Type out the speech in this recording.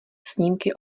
snímky